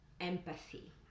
empathy